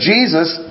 Jesus